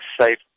Safe